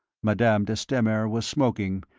madame de stamer was smoking,